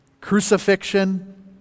crucifixion